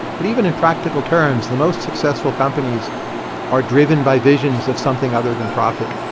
but even in practical terms, the most successful companies are driven by visions of something other than profit.